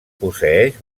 posseeix